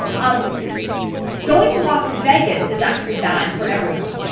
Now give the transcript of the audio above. um going to las vegas is actually bad for everyone